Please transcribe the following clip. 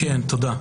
תודה.